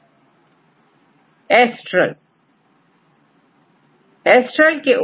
छात्रAstral और एस्ट्रल किसके लिए उपयोगी है